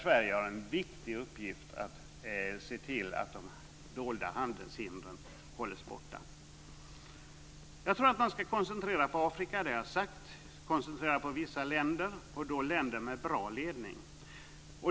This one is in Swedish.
Sverige har här en viktig uppgift att se till att de dolda handelshindren hålls borta. Jag tror att man ska koncentrera sig på Afrika, som jag har sagt, och på vissa andra länder, och då länder med bra ledning.